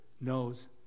knows